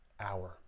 hour